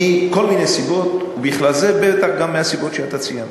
מכל מיני סיבות, ובכלל זה מהסיבות שציינת.